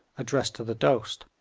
addressed to the dost,